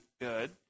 good